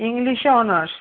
ইংলিশে অনার্স